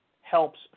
helps